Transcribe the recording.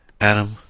Adam